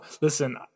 Listen